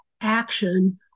action